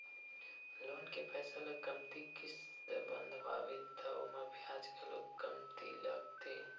loan के पइसा ल कमती किस्त बंधवाबे त ओमा बियाज घलो कमती लागथे